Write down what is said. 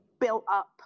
built-up